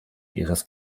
ihres